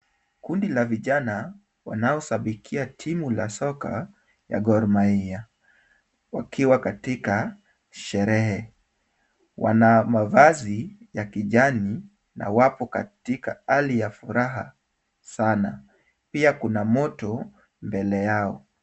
Kundi la vijana wanaoshabikia timu la soka ya Gor Mahia wakiwa katika sherehe. Wana mavazi ya kijani na wapo katika hali ya furaha sana. Pia kuna moto mbele yao.